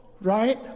right